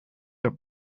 door